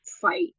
fight